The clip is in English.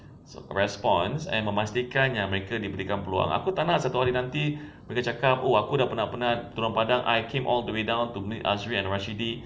response and memastikan mereka boleh berikan peluang aku tak nak satu hari nanti mereka cakap oh aku penat-penat turun padang I came all the way down meet azri and rasyidi